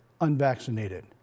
unvaccinated